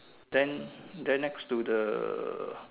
then then next to the